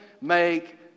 make